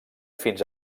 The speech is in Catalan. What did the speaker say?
fins